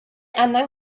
angen